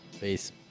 peace